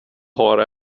har